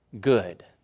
good